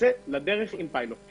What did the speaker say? נצא לדרך עם פיילוט".